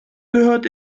gehört